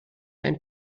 ein